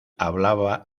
hablaba